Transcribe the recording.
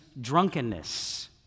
drunkenness